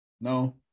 no